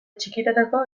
txikitako